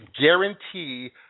guarantee